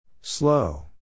Slow